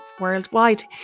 Worldwide